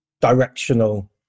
directional